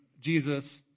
Jesus